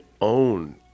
own